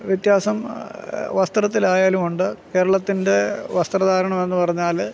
വ്യത്യാസം വസ്ത്രത്തിലായാലുമുണ്ട് കേരളത്തിൻ്റെ വസ്ത്രധാരണം എന്ന് പറഞ്ഞാൽ